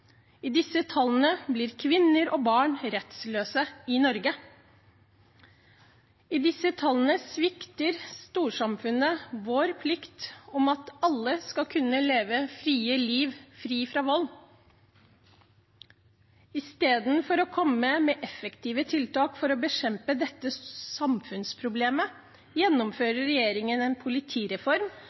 I disse tallene blir kvinner og barn rettsløse i Norge. I disse tallene svikter storsamfunnet sin plikt om at alle skal kunne leve et fritt liv, fritt fra vold. Istedenfor å komme med effektive tiltak for å bekjempe dette samfunnsproblemet gjennomfører regjeringen en politireform